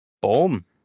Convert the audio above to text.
boom